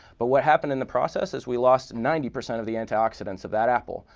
but what happened in the process is we lost ninety percent of the antioxidants of that apple.